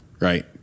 right